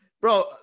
bro